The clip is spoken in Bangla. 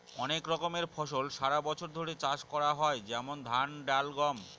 অনেক রকমের ফসল সারা বছর ধরে চাষ করা হয় যেমন ধান, ডাল, গম